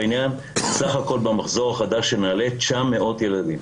סך הכול במחזור החדש של נעל"ה 900 ילדים.